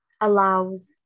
allows